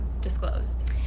disclosed